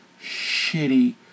shitty